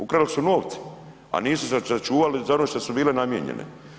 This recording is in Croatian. Ukrali su novce a nisu sačuvali za ono što su bile namijenjene.